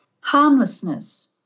harmlessness